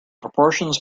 proportions